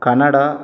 Canada